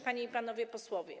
Panie i Panowie Posłowie!